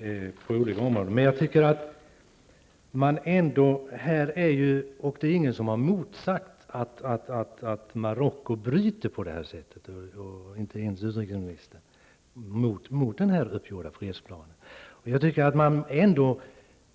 Ingen har bestridit att Marocko på det här sättet bryter mot den uppgjorda fredsplanen, inte ens utrikesministern.